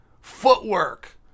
Footwork